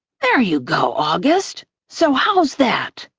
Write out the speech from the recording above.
there you go, august. so how's that?